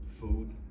food